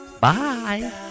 Bye